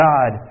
God